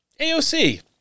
AOC